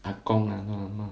阿公阿 not 阿嫲